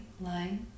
light